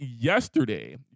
yesterday